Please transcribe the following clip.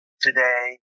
today